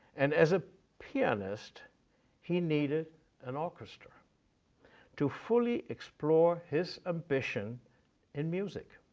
and as a pianist he needed an orchestra to fully explore his ambition in music.